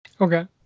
Okay